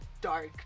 dark